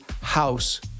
house